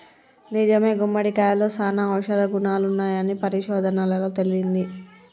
నిజమే గుమ్మడికాయలో సానా ఔషధ గుణాలున్నాయని పరిశోధనలలో తేలింది